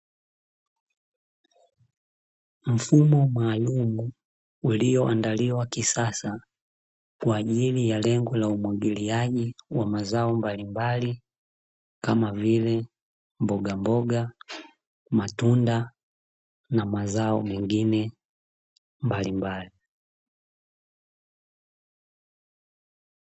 Mfumo maalumu ulioandaliwa kisasa kwa ajili ya lengo la upandaji wa mazao mbalimbali kama vile:mbogamboga, matunda na mazao mengine mbalimbali.